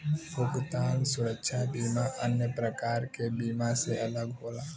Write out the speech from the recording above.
भुगतान सुरक्षा बीमा अन्य प्रकार के बीमा से अलग होला